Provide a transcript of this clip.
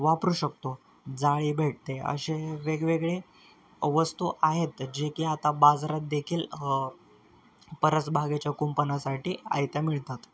वापरू शकतो जाळी भेटते असे वेगवेगळे वस्तू आहेत जे की आता बाजारातदेखील परस बागेच्या कुंपणासाठी आयत्या मिळतात